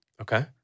Okay